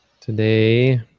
Today